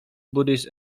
buddhist